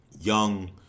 young